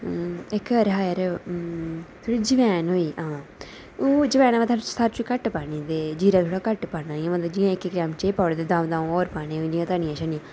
इक अरहर जवैन होई गेई आं ओह् जवैन मतलब सारें तूं घट्ट पानी ते जीरा थोह्ड़ा घट्ट पाना इ'यां मतलब का द'ऊं द'ऊं होर पान्ने धनिया शनिया